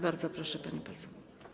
Bardzo proszę, pani poseł.